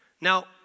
Now